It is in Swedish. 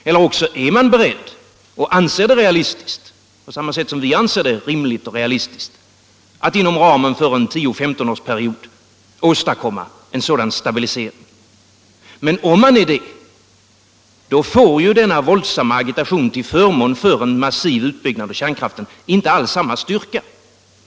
Eller också är man beredd och anser det realistiskt — på samma sätt som vi gör det — att inom en period på tio å femton år åstadkomma en sådan stabilisering. Men om man anser det, får denna våldsamma agitation till förmån för en massiv utbyggnad av kärnkraften inte alls samma styrka.